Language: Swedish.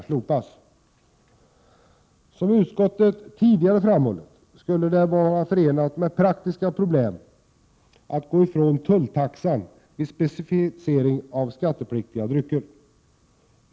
Som utskottet tidigare framhållit skulle det vara förenat med praktiska problem att gå ifrån tulltaxan vid specificeringen av skattepliktiga drycker.